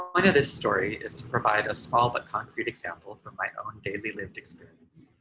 point of this story is to provide a small but concrete example from my own daily lived experience.